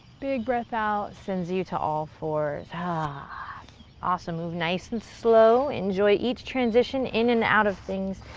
big breath out sends you to all fours. ah awesome. move nice and slow, enjoy each transition in and out of things.